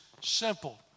simple